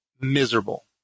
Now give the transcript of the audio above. miserable